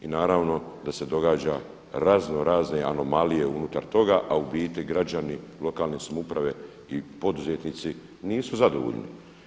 I naravno da se događa razno razne anomalije unutar toga a u biti građani lokalne samouprave i poduzetnici nisu zadovoljni.